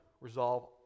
Resolve